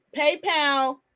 PayPal